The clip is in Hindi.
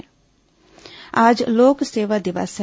लोक सेवा दिवस आज लोक सेवा दिवस है